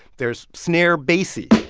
there's snare bassy,